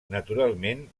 naturalment